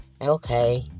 Okay